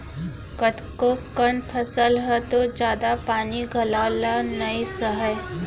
कतको कन फसल ह तो जादा पानी घलौ ल नइ सहय